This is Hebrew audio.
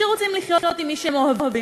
שרוצים לחיות עם מי שהם אוהבים,